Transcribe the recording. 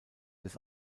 des